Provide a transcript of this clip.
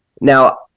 now